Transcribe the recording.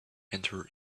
enter